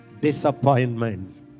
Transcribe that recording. disappointments